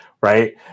right